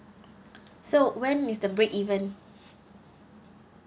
so when is the break even